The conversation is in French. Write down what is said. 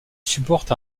supporte